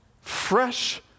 fresh